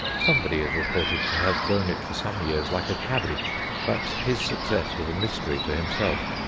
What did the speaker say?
somebody is reported to have grown it for some years like a cabbage but his success was a mystery to himself.